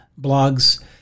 blogs